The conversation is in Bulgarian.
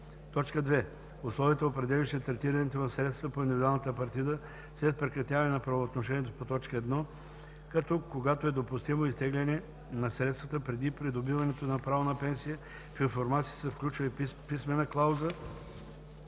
2. условията, определящи третирането на средствата по индивидуалната партида след прекратяване на правоотношението по т. 1, като, когато е допустимо изтегляне на средствата преди придобиването на право на пенсия, в информацията се включва и писмена клауза,